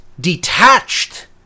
detached